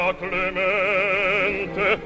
clemente